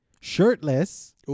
shirtless